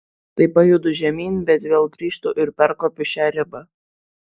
tai pajudu žemyn bet vėl grįžtu ir perkopiu šią ribą